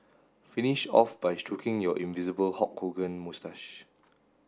finish off by stroking your invisible Hulk Hogan moustache